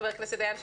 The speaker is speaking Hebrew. חבר הכנסת דיין,